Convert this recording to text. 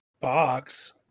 Box